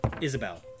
Isabel